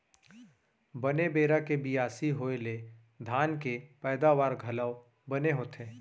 बने बेरा के बियासी होय ले धान के पैदावारी घलौ बने होथे